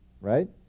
right